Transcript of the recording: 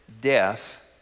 death